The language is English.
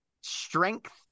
strength